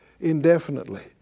indefinitely